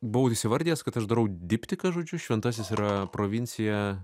buvau įsivardijęs kad aš darau diptiką žodžiu šventasis yra provincija